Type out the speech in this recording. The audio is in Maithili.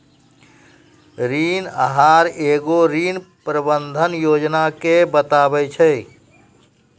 ऋण आहार एगो ऋण प्रबंधन योजना के बताबै छै